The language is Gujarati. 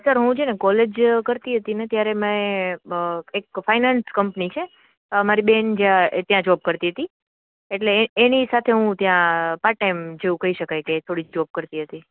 સર હું છે ને કોલેજ કરતી હતી ને ત્યારે મેં એક ફાઈનાન્સ કંપની છે મારી બેન ત્યાં જોબ કરતી હતી એટલે એની સાથે હું ત્યાં પાર્ટ ટાઈમ જેવું કહી શકાય કે થોડી જોબ કરતી હતી